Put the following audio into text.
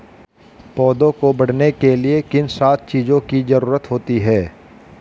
पौधों को बढ़ने के लिए किन सात चीजों की जरूरत होती है?